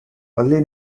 early